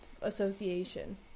association